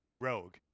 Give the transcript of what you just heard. rogue